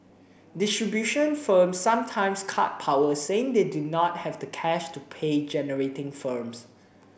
distribution firms sometimes cut power saying they do not have the cash to pay generating firms